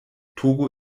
togo